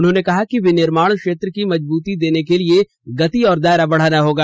उन्होंने कहा कि विनिर्माण क्षेत्र को मजबूती देने के लिए गति और दायरा बढ़ाना होगा